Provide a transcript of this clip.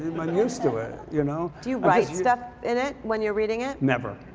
i'm used to it, you know. do you write stuff in it when you're reading it? never.